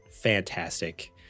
fantastic